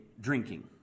drinking